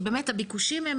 כי באמת הביקושים הם